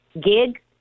gig